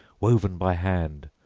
woven by hand,